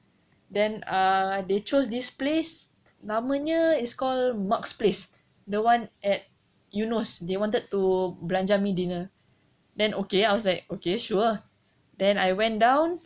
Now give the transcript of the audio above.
then err they chose this place namanya is called mark's place the one at eunos they wanted to belanja me dinner then okay I was like okay sure ah then I went down